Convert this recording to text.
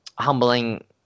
humbling